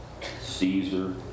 Caesar